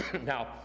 Now